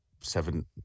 seven –